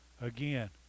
Again